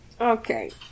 Okay